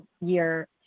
year